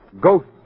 Ghost